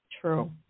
True